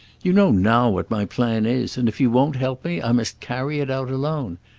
you know now what my plan is, and if you won't help me i must carry it out alone.